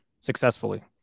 successfully